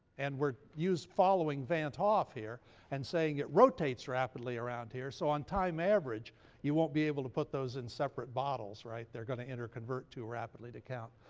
and we're following van't hoff here and saying it rotates rapidly around here. so on time-average you won't be able to put those in separate bottles, right? they're going to interconvert too rapidly to count.